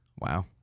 Wow